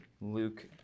Luke